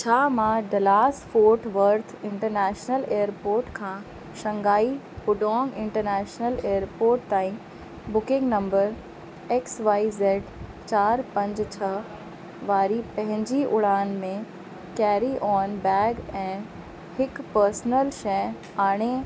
छा मां Dallas Fort Worth international airport खां शंघाई पुडोंग इंटरनेशनल एअरपोर्ट ताईं booking number X Y Z चारि पंज छह वारी पंहिंजी उड़ान में कैरी ऑन बैग ऐं हिकु पर्सनल शइ आणे